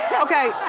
okay,